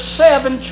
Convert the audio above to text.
seven